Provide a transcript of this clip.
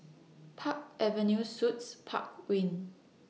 Park Avenue Suites Park Wing